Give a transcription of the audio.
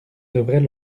devrait